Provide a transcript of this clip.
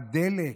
הדלק,